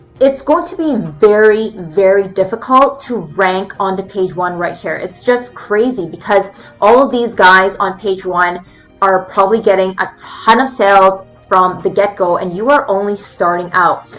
it's going to be very, very difficult to rank onto page one right here. it's just crazy because all of these guys on page one are probably getting a ton of sales from the get-go and you are only starting out.